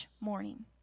morning